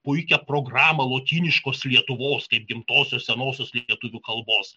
puikią programą lotyniškos lietuvos kaip gimtosios senosios lietuvių kalbos